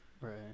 right